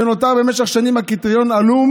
שנותר במשך שנים קריטריון עלום